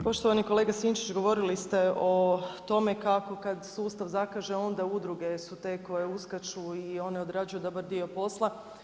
Poštovani kolega Sinčić govorili ste o tome kako kad sustav zakaže onda udruge su te koje uskaču i one odrađuju dobar dio posla.